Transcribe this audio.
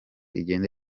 igenda